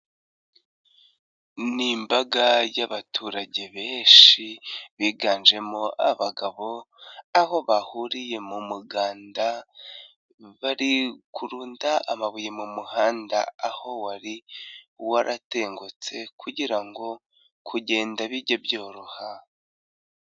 Ni imbaga y'abaturage benshi biganjemo abagabo aho bahuriye mu muganda bari kurunda amabuye mu muhanda aho wari waratengutse kugira ngo kugenda bijye byoroha.